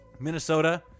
Minnesota